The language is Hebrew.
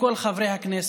מכל חברי הכנסת,